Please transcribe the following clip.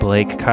Blake